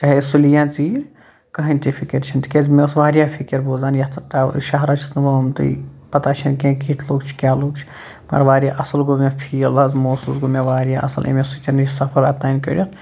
چاہے سُلہِ یا ژیٖرۍ کٕہٕنۍ تہِ فِکِر چھَنہٕ تِکیٛازِ مےٚ اوس واریاہ فِکِر بہٕ اوسُس دپان یَتھ شہرَس چھُس نہٕ بہٕ آمتُے پَتہ چھَنہٕ کینٛہہ کِتھۍ لُکھ چھِ کیٛاہ لُکھ چھِ مگر واریاہ اَصٕل گوٚو مےٚ فیٖل حظ محسوٗس گوٚو مےٚ واریاہ اَصٕل اَمی سۭتۍ یہِ سفر اوٚتام کٔڑِتھ